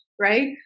right